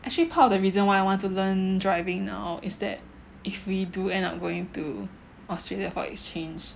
actually part of the reason why I want to learn driving now is that if we do end up going to Australia for exchange